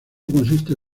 consiste